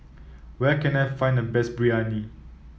where can I find the best Biryani